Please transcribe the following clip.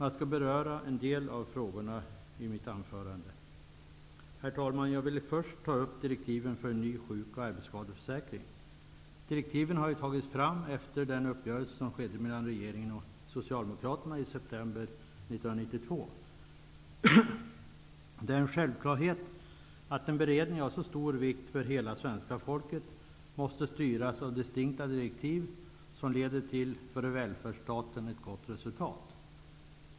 Jag skall beröra en del av frågorna i mitt anförande. Herr talman! Jag vill först ta upp direktiven för en ny sjuk och arbetsskadeförsäkring. Direktiven har tagits fram efter den uppgörelse som skedde mellan regeringen och Socialdemokraterna i september Det är en självklarhet att en beredning av så stor vikt för hela svenska folket måste styras av distinkta direktiv som leder till ett för välfärdsstaten gott resultat.